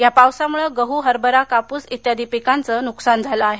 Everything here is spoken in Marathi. या पावसामुळे गहू हरभरा कापूस इत्यादी पिकांचं नुकसान झालं आहे